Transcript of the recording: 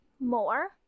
more